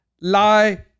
lie